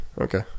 Okay